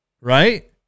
Right